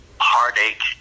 heartache